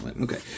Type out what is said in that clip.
Okay